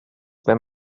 wenn